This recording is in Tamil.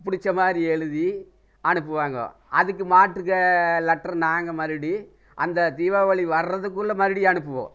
பிடிச்ச மாதிரி எழுதி அனுப்புவாங்க அதுக்கு மாற்று லெட்ரு நாங்கள் மறுபடி அந்த தீபாவளி வர்றதுக்குள்ள மறுபடியும் அனுப்புவோம்